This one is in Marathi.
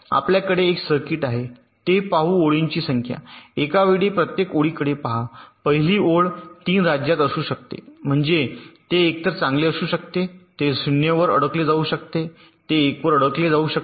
आपल्याकडे एक सर्किट आहे ते पाहू ओळींची संख्या एकावेळी प्रत्येक ओळीकडे पहा पहिली ओळ 3 राज्यात असू शकते म्हणजे ते एकतर चांगले असू शकते ते 0 वर अडकले जाऊ शकते ते 1 वर अडकले जाऊ शकते